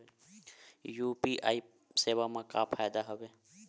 UPI सेवा मा का फ़ायदा हवे?